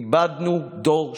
איבדנו דור שלם.